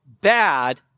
bad